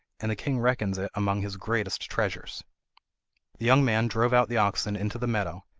and the king reckons it among his greatest treasures the young man drove out the oxen into the meadow,